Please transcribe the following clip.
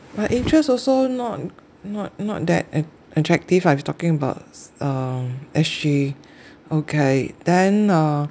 but interest also not not not that att~ attractive ah if talking about s~ um S_G okay then uh